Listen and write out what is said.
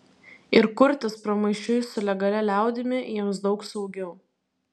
ir kurtis pramaišiui su legalia liaudimi jiems daug saugiau